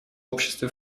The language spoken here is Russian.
обществе